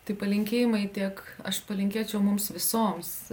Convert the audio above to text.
tai palinkėjimai tiek aš palinkėčiau mums visoms